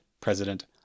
president